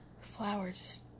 Flowers